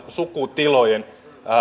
sukutilojen